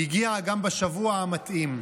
הגיעה גם בשבוע המתאים.